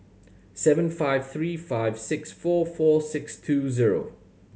seven five three five six four four six two zero